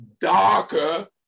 darker